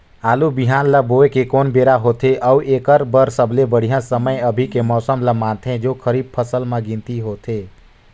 आलू बिहान ल बोये के कोन बेरा होथे अउ एकर बर सबले बढ़िया समय अभी के मौसम ल मानथें जो खरीफ फसल म गिनती होथै?